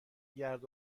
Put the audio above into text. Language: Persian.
گرد